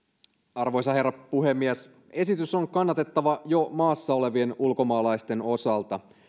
arvoisa herra puhemies esitys on kannatettava jo maassa olevien ulkomaalaisten osalta